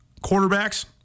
quarterbacks